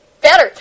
better